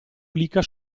clicca